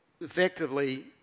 effectively